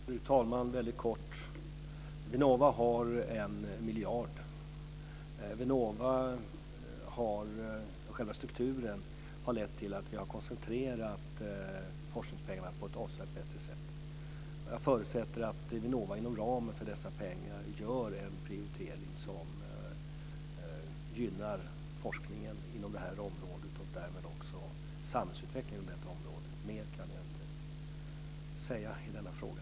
Fru talman! Väldigt kort. Vinnova har 1 miljard. Själva strukturen har lett till att vi har koncentrerat forskningspengarna på ett avsevärt bättre sätt. Jag förutsätter att Vinnova inom ramen för dessa pengar gör en prioritering som gynnar forskningen inom det här området och därmed också samhällsutvecklingen inom detta område. Mer kan jag inte säga i denna fråga.